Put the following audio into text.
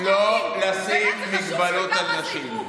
ולא לשים הגבלות על נשים.